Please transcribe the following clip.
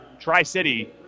Tri-City